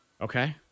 Okay